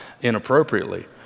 inappropriately